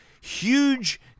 huge